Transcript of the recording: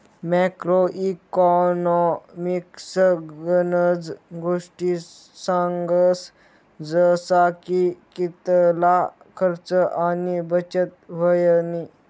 macro economics गनज गोष्टी सांगस जसा की कितला खर्च आणि बचत व्हयनी